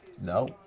No